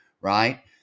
right